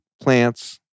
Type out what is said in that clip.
Plants